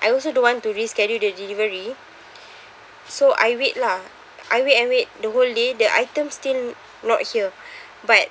I also don't want to reschedule the delivery so I wait lah I wait and wait the whole day the items still not here but